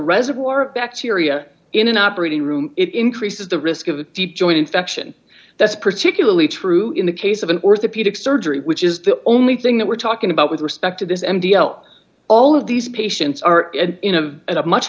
reservoir of bacteria in an operating room it increases the risk of a deep joint infection that's particularly true in the case of an orthopedic surgery which is the only thing that we're talking about with respect to this m d l all of these patients are at a much